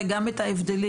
וגם את ההבדלים.